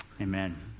Amen